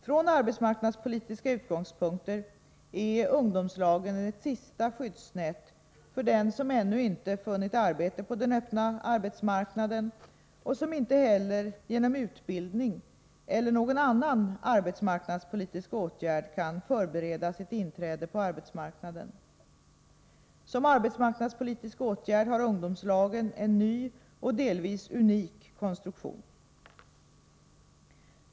Från arbetsmarknadspolitiska utgångspunkter är ungdomslagen ett sista skyddsnät för den som ännu inte funnit arbete på den öppna arbetsmarknaden och som inte heller genom utbildning eller någon annan arbetsmarknadspolitisk åtgärd kan förbereda sitt inträde på arbetsmarknaden. Som arbetsmarknadspolitisk åtgärd har ungdomslagen en ny och delvis unik konstruktion.